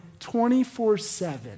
24-7